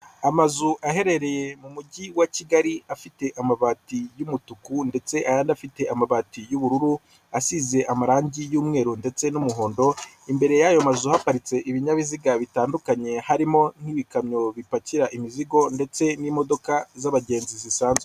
Amazu aherereye mu mujyi wa Kigali afite amabati y'umutuku, ndetse andi afite amabati y'ubururu asize amarangi y'umweru ndetse n'umuhondo, imbere y'ayo mazu haparitse ibinyabiziga bitandukanye harimo n'ibikamyo bipakira imizigo, ndetse n'imodoka z'abagenzi zisanzwe.